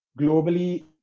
globally